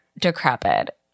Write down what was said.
decrepit